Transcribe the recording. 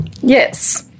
Yes